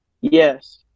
Yes